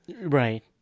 Right